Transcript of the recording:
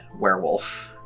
werewolf